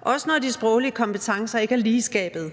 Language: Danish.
også når de sproglige kompetencer ikke er lige i skabet.